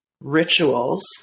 rituals